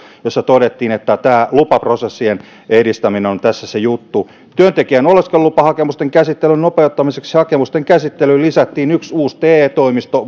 jossa todettiin että tämä lupaprosessien edistäminen on tässä se juttu työntekijän oleskelulupahakemusten käsittelyn nopeuttamiseksi hakemusten käsittelyyn lisättiin yksi uusi te toimisto